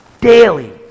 daily